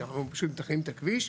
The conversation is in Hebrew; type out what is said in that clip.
שאנחנו פשוט --- את הכביש,